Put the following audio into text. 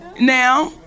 Now